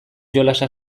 jolasa